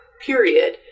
period